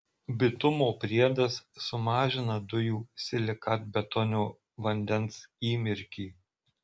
bitumo priedas sumažina dujų silikatbetonio vandens įmirkį